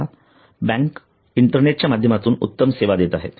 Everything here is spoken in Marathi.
आता बँका इंटरनेटच्या माध्यमातून उत्तम सेवा देत आहेत